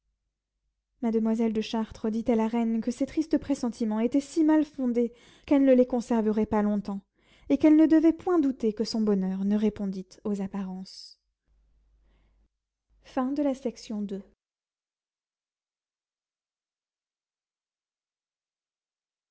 mademoiselle de chartres dit à la reine que ces tristes pressentiments étaient si mal fondés qu'elle ne les conserverait pas longtemps et qu'elle ne devait point douter que son bonheur ne répondît aux apparences